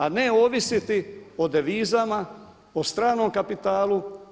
A ne ovisiti o devizama, o stranom kapitalu.